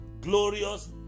glorious